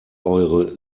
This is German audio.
eure